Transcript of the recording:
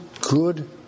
good